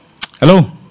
Hello